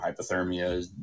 hypothermia